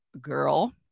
girl